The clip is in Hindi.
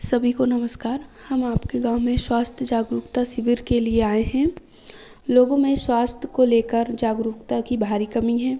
सभी को नमस्कार हम आपके गाँव में स्वास्थ्य जागरूकता शिविर के लिए आए हैं लोगों में स्वास्थ्य को लेकर जागरूकता की भारी कमी है